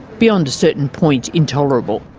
beyond a certain point, intolerable.